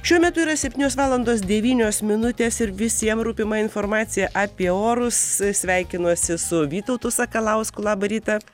šiuo metu yra septynios valandos devynios minutės ir visiem rūpima informacija apie orus sveikinuosi su vytautu sakalausku labą rytą